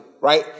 right